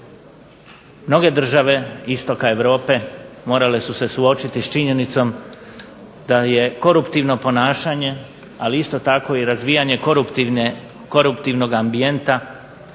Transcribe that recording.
Mnoge države istoka Europe morale su se suočiti s činjenicom da je koruptivno ponašanje, ali isto tako i razvijanje koruptivnog ambijenta